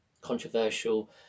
controversial